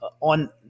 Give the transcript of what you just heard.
on